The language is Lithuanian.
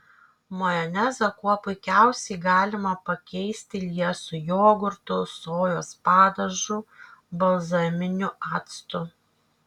majonezą kuo puikiausiai galima pakeisti liesu jogurtu sojos padažu balzaminiu actu